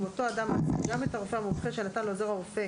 אותו אדם מעסיק גם את הרופא המומחה שנתן לעוזר הרופא